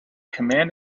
command